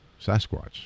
Sasquatch